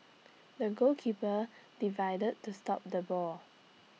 the goalkeeper divide to stop the ball